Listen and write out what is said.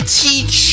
teach